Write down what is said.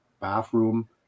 bathroom